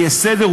יש סדר,